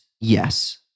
yes